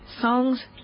songs